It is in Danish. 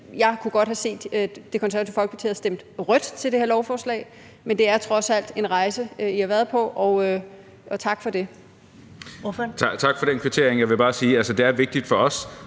Jeg kunne godt have tænkt mig, at Det Konservative Folkeparti havde stemt rødt til det her lovforslag, men det er trods alt en rejse, I har været på, og tak for det.